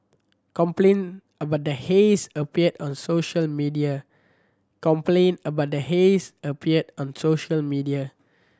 complaint about the haze appeared on social media